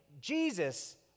Jesus